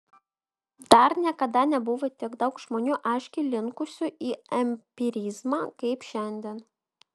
dar niekada nebuvo tiek daug žmonių aiškiai linkusių į empirizmą kaip šiandien